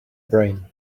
brain